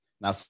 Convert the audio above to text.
Now